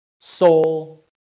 soul